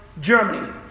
Germany